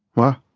why?